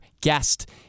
guest